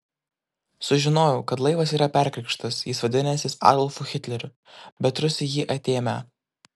sužinojau kad laivas yra perkrikštas jis vadinęsis adolfu hitleriu bet rusai jį atėmę